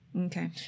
Okay